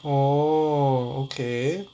oh okay